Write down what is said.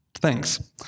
Thanks